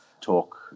talk